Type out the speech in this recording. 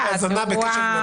להכול אני בהאזנה, בקשב.